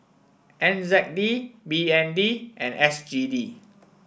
N Z D B N D and S G D